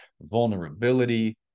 vulnerability